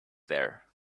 there